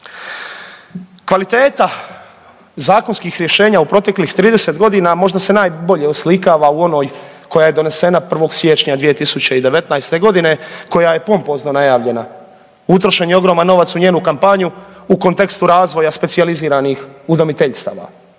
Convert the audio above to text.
Kvaliteta zakonskih rješenja u proteklih 30 godina možda se najbolje oslikava u onoj koja je donesena 1. siječnja 2019.g. koja je pompozno najavljena. Utrošen je ogroman novac u njenu kampanju u kontekstu razvoja specijaliziranih udomiteljstva